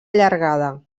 llargada